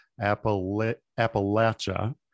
Appalachia